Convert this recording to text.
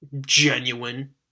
genuine